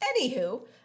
Anywho